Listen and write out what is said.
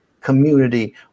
community